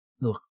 look